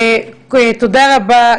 תודה רבה,